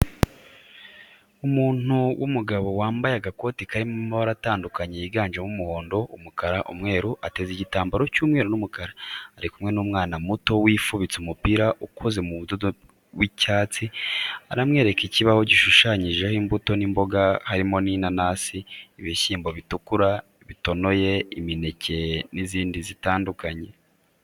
Umuntu w'umugabo wambaye agakoti karimo amabara atandukanye yiganjemo umuhondo, umukara, umweru, ateze n'igitambaro cy'umweru n'umukara, ari kumwe n'umwana muto wifubitse umupira ukoze mu budodo w'icyatsi aramwereka ikibaho gishushanyijeho imbuto n'imboga harimo inanasi, ibishyimbo bitukura bitonoye imineke n'izindi zitandukanye.